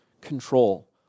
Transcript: control